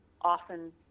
often